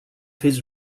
his